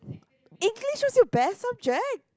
English was your best subject